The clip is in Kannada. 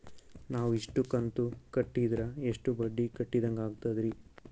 ನಾವು ಇಷ್ಟು ಕಂತು ಕಟ್ಟೀದ್ರ ಎಷ್ಟು ಬಡ್ಡೀ ಕಟ್ಟಿದಂಗಾಗ್ತದ್ರೀ?